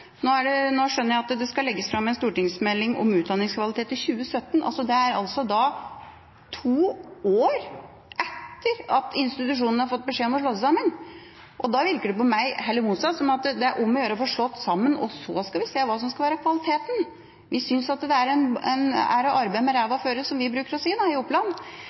Nå skjønner jeg at det skal legges fram en stortingsmelding om utdanningskvalitet i 2017. Det er altså to år etter at institusjonene har fått beskjed om å slå seg sammen. Da virker det heller motsatt på meg – det er om å gjøre å få slått sammen, og så skal man se på kvaliteten. Vi synes at det er å arbeide med ræva først, som vi pleier å si i Oppland